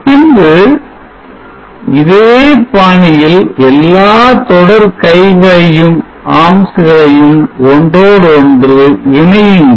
பின்பு இதே பாணியில் எல்லா தொடர் கை களையும் ஒன்றோடொன்று இணையுங்கள்